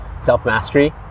self-mastery